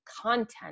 content